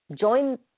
Join